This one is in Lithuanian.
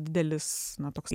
didelis toks